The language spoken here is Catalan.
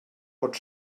pot